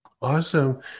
Awesome